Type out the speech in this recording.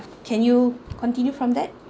can you continue from that